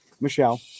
Michelle